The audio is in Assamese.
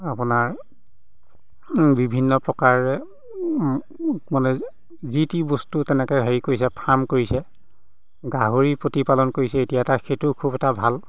আপোনাৰ বিভিন্ন প্ৰকাৰেৰে মানে যি টি বস্তু তেনেকৈ হেৰি কৰিছে ফাৰ্ম কৰিছে গাহৰি প্ৰতিপালন কৰিছে এতিয়া এটা সেইটো খুব এটা ভাল